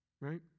Right